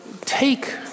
Take